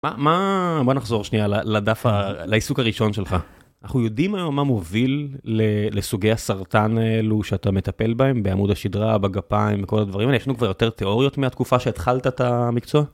מה, בוא נחזור שנייה לדף העיסוק הראשון שלך, אנחנו יודעים היום מה מוביל לסוגי הסרטן האלו שאתה מטפל בהם, בעמוד השדרה, בגפיים וכל הדברים האלה, יש לנו כבר יותר תיאוריות מהתקופה שהתחלת את המקצוע?